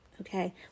Okay